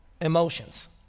emotions